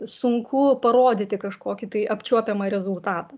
sunku parodyti kažkokį tai apčiuopiamą rezultatą